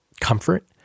comfort